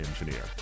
engineer